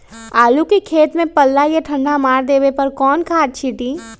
आलू के खेत में पल्ला या ठंडा मार देवे पर कौन खाद छींटी?